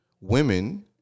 women